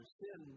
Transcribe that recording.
sin